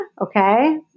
Okay